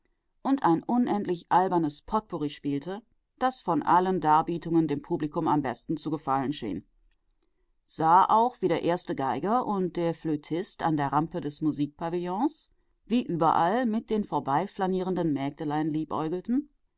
und ein unendlich albernes potpourri spielte das von allen darbietungen dem publikum am besten zu gefallen schien sah auch wie der erste geiger und der flötist an der rampe des musikpavillons wie überall mit den vorbeiflanierenden mägdelein